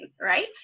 Right